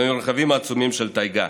במרחבים העצומים של הטייגה,